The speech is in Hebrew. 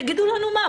תגידו לנו מה.